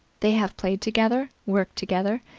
they have played together, worked together,